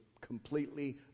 completely